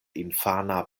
infana